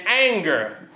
anger